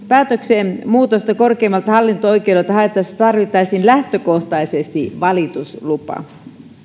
päätökseen muutosta korkeimmalta hallinto oikeudelta haettaessa tarvittaisiin lähtökohtaisesti valituslupa